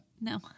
No